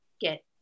get